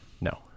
No